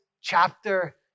chapter